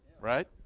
right